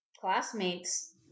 classmates